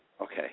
Okay